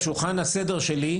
משולחן הסדר שלי,